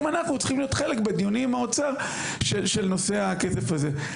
אנחנו צריכים להיות חלק בדיונים עם האוצר של נושא הכסף הזה.